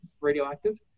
radioactive